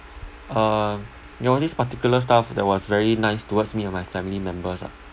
uh there was this particular staff that was very nice towards me and my family members ah